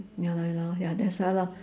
ya lor ya lor ya that's why lor